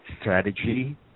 strategy